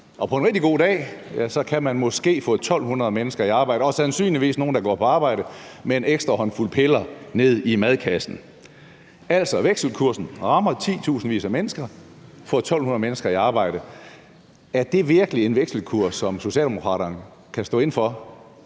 og på en rigtig god dag kan man måske få 1.200 mennesker i arbejde og sandsynligvis nogle, der går på arbejde med en ekstra håndfuld piller nede i madkassen. Vekselkursen rammer altså tusindvis af mennesker og får 1.200 mennesker i arbejde. Er det virkelig en vekselkurs, som Socialdemokraterne kan stå inde for?